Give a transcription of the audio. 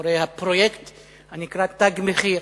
הפרויקט הנקרא "תג מחיר".